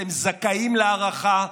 אתם זכאים להערכה,